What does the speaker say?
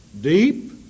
deep